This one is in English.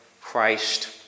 Christ